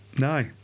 No